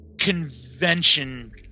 convention